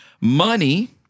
Money